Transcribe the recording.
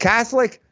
Catholic